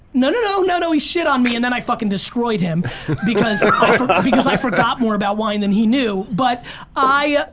no, no, no, no, no, he shit on me and then i fucking destroyed him because because i forgot more about wine then he knew but i,